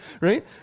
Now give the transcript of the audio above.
right